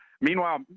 Meanwhile